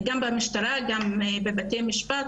גם במשטרה וגם בבתי המשפט,